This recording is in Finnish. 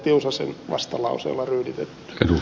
tiusasen vastalauseella ryyditettynä